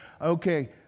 okay